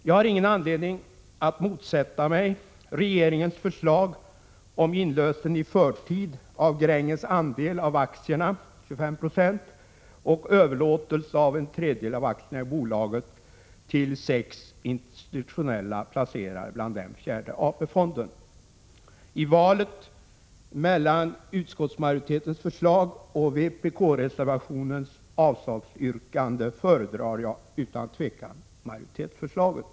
Jag har ingen anledning att motsätta mig regeringens förslag om inlösen i förtid av Gränges andel av aktierna — 25 96 — och överlåtelse av en tredjedel av aktierna i bolaget till sex institutionella placerare, bland dem fjärde AP-fonden. I valet mellan utskottsmajoritetens förslag och vpk-reservationens avslagsyrkanden föredrar jag utan tvekan majoritetsförslaget.